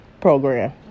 program